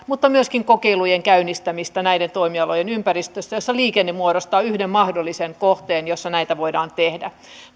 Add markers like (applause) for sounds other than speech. (unintelligible) mutta myöskin kokeilujen käynnistämistä näiden toimialojen ympäristössä jossa liikenne muodostaa yhden mahdollisen kohteen jossa näitä voidaan tehdä tavoite